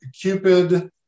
Cupid